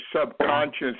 subconscious